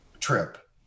trip